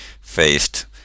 faced